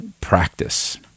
practice